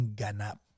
ganap